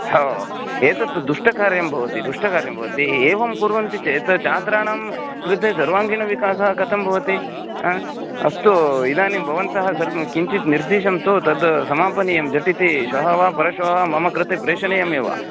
हो एतत्तु दुष्टकार्यं भवति दुष्टकार्यं भवति हि एवं कुर्वन्ति चेत् छात्राणां कृते सर्वाङ्गीणविकासः कथं भवति हा अस्तु इदानीं भवन्तः सर्वं किञ्चित् निर्दिशन्तु तद् समापनीयं झटिति श्वः वा परश्वः वा मम कृते प्रेषणीयमेव